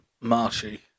marshy